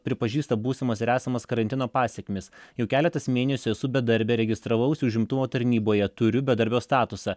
pripažįsta būsimas ir esamas karantino pasekmes jau keletas mėnesių esu bedarbė registravausi užimtumo tarnyboje turiu bedarbio statusą